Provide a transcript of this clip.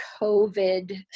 COVID